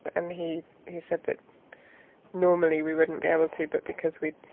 and he he said that normally we wouldn't be able to, but because we